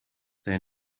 they